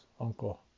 Uncle